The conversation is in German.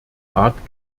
art